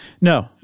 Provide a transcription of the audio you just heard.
No